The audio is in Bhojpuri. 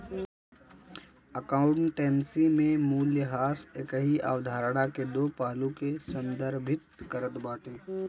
अकाउंटेंसी में मूल्यह्रास एकही अवधारणा के दो पहलू के संदर्भित करत बाटे